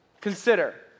Consider